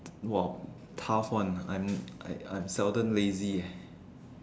!wow! tough one I'm I I'm seldom lazy eh